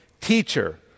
Teacher